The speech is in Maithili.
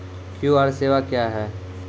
क्यू.आर सेवा क्या हैं?